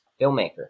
filmmaker